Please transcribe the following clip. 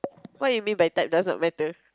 what you mean by type does not matter